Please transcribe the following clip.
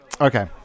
Okay